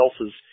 else's